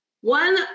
one